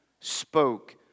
spoke